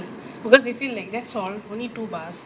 because you feel like that's all only two bus